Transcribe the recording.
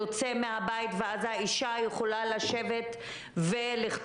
יוצא מהבית ואז האישה יכולה לשבת ולכתוב.